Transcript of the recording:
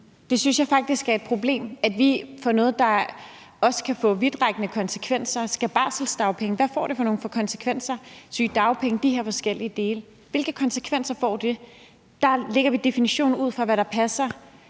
Det synes jeg faktisk er et problem. Det er noget, der kan få vidtrækkende konsekvenser. Hvad får det for nogle konsekvenser for barselsdagpenge, sygedagpenge og de her forskellige dele? Hvilke konsekvenser får det? Der laver vi definitionen ud fra, hvad der passer